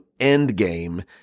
Endgame